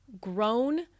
grown